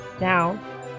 Now